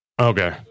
Okay